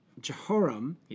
Jehoram